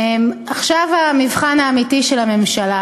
עכשיו המבחן האמיתי של הממשלה,